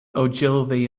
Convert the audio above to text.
ogilvy